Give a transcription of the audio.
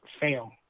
fail